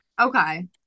Okay